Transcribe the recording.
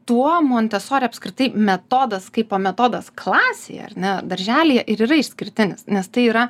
tuo montesori apskritai metodas kaipo metodas klasėje ar ne darželyje ir yra išskirtinis nes tai yra